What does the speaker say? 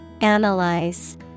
Analyze